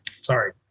sorry